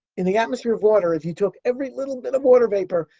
in the atmosphere of water, if you took every little bit of water vapor,